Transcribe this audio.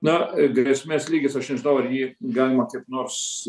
na grėsmės lygis aš nežinau ar jį galima kaip nors